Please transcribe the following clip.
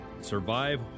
survive